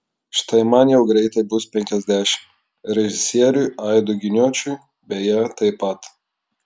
štai man jau greitai bus penkiasdešimt režisieriui aidui giniočiui beje taip pat